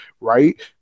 right